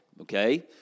Okay